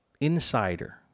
insider